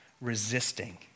resisting